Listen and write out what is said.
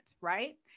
right